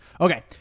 Okay